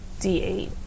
D8